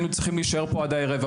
היינו צריכים להישאר פה עד הערב,